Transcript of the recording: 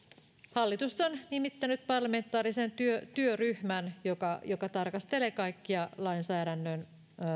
hallitus on nimittänyt parlamentaarisen työryhmän joka joka tarkastelee kaikkia lainsäädännön